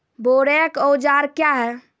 बोरेक औजार क्या हैं?